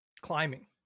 climbing